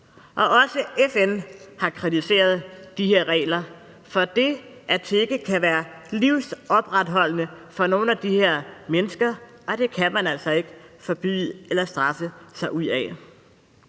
Også FN har kritiseret de her regler, for det at tigge kan være livsopretholdende for nogle af de her mennesker, og det kan man altså ikke forbyde eller straffe sig ud af.